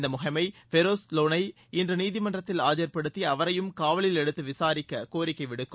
இந்த முகமை ஃபெரோஸ் லோனை இன்று நீதிமன்றத்தில் ஆஜா்படுதத்தி அவரையும் காவலில் எடுத்து விசாரிக்க கோரிக்கை விடுக்கும்